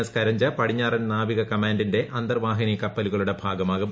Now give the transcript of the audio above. S Karanj പടിഞ്ഞാറൻ നാവിക കമാൻഡിന്റെ അന്തർവാഹിനി കപ്പലുകളുടെ ഭാഗമാകും